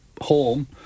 home